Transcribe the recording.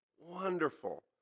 wonderful